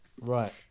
right